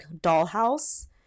dollhouse